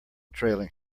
trailing